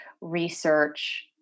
research